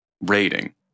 rating